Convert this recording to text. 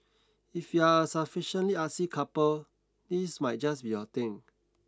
if you are a sufficiently artsy couple this might just be your thing